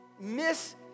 miss